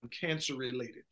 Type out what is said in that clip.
cancer-related